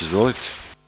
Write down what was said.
Izvolite.